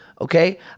okay